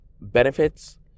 benefits